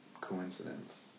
coincidence